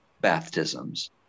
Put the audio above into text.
baptisms